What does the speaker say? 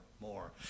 more